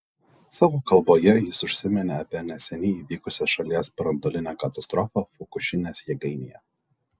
savo kalboje jis užsiminė apie neseniai įvykusią šalies branduolinę katastrofą fukušimos jėgainėje